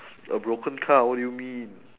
a broken car what do you mean